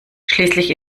schließlich